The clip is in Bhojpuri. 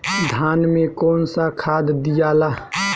धान मे कौन सा खाद दियाला?